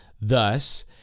thus